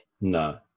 No